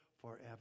forever